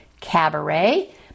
Cabaret